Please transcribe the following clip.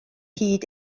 hyd